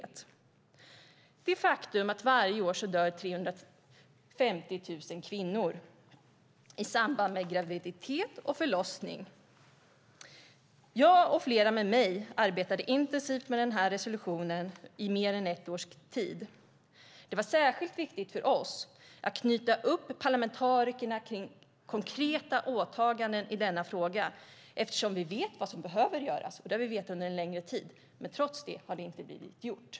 Det är ett faktum att varje år dör 350 000 kvinnor i samband med graviditet och förlossning. Jag och flera med mig arbetade intensivt med resolutionen i mer än ett års tid. Det var särskilt viktigt för oss att knyta upp parlamentarikerna kring konkreta åtaganden i denna fråga. Vi vet vad som behöver göras - det har vi vetat en längre tid - men trots det har det inte blivit gjort.